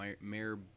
Mayor